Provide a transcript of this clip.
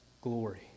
glory